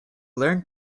learn